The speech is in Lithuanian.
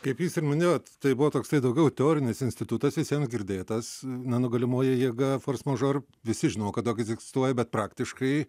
kaip jūs ir minėjot tai buvo toksai daugiau teorinis institutas visiems girdėtas nenugalimoji jėga fors mažor visi žinojo kad toks egzistuoja bet praktiškai